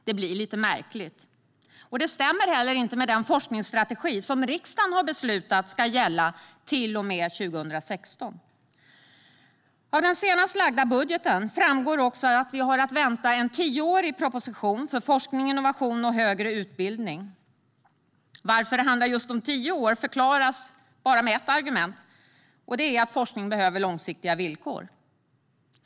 Det blir litet märkligt, och det stämmer heller inte med den forskningsstrategi som riksdagen har beslutat ska gälla till och med 2016. Av den senast lagda budgeten framgår också att vi har att vänta en tioårig proposition för forskning, innovation och högre utbildning. Varför det handlar om just tio år förklaras bara med ett argument, och det är att forskning behöver långsiktiga villkor.